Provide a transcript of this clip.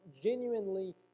genuinely